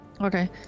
okay